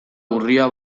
urria